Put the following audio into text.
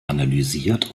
analysiert